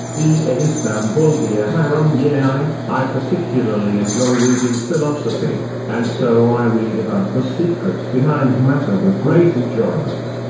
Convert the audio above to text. e a. istanbul dear harun yeah yahya, i i particularly enjoy reading philosophy, and so i read about the secret behind matter with great enjoyment.